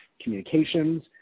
communications